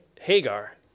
Hagar